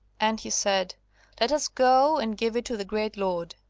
and he said let us go and give it to the great lord.